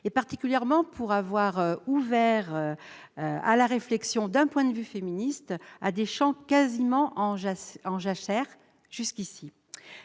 en particulier d'avoir ouvert à la réflexion du point de vue féministe des champs quasiment en jachère jusqu'ici.